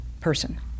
person